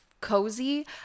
cozy